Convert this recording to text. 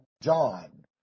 John